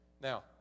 Now